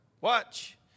watch